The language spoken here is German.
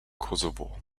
kosovo